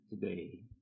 today